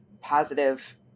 positive